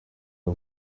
rwa